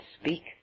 speak